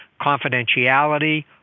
confidentiality